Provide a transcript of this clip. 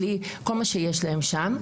בלי כל מה שיש להן שם.